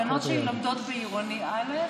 הבנות שלי לומדות בעירוני א'.